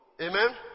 Amen